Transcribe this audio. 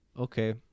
okay